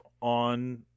on